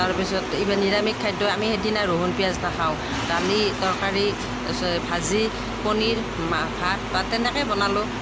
তাৰপিছত ইভেন নিৰামিষ খাদ্য আমি সেইদিনা ৰহুন পিয়াঁজ নাখাওঁ দালি তৰকাৰী তাৰপিছত ভাজি পনীৰ মা ভাত তেনেকৈয়ে বনালোঁ